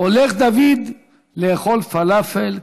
הולך דוד לאכול פלאפל,